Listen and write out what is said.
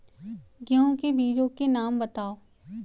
गेहूँ के बीजों के नाम बताओ?